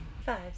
Five